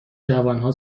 جوانها